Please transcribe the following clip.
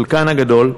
חלקן הגדול,